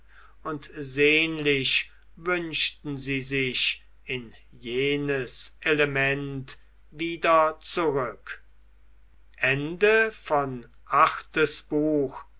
und sehnlich wünschten sie sich in jenes element wieder zurück